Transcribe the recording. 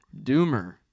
Doomer